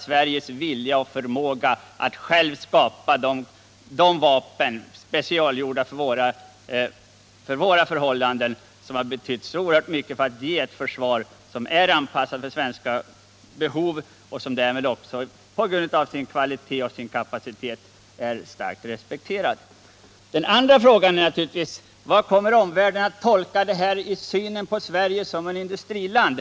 Sveriges vilja och förmåga att självt skapa vapen, specialgjorda för våra förhållanden, har betytt oerhört mycket för att ge oss ett försvar som är anpassat efter svenska behov, och det har på grund av sin kvalitet och kapacitet blivit starkt respekterat. En annan fråga är: Hur kommer omvärlden att tolka ett nedläggnings beslut när det gäller synen på Sverige som ett industriland?